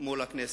מול הכנסת.